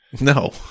No